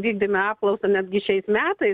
vykdėme apklausą netgi šiais metais